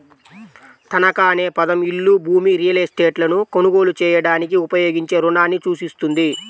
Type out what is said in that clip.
తనఖా అనే పదం ఇల్లు, భూమి, రియల్ ఎస్టేట్లను కొనుగోలు చేయడానికి ఉపయోగించే రుణాన్ని సూచిస్తుంది